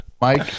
Mike